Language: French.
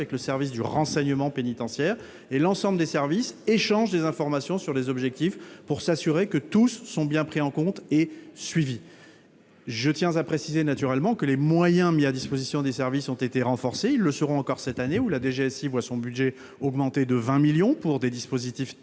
avec le service du renseignement pénitentiaire et l'ensemble des services, échangent des informations sur les objectifs, pour s'assurer que tous sont bien pris en compte et suivi, je tiens à préciser naturellement que les moyens mis à disposition des services ont été renforcés, ils le seront encore cette année ou la DGS, il voit son budget augmenter de 20 millions pour des dispositifs techniques